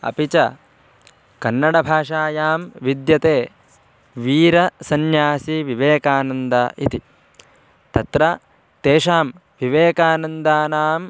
अपि च कन्नडभाषायां विद्यते वीरसन्यासी विवेकानन्द इति तत्र तेषां विवेकानन्दानां